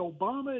Obama